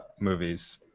movies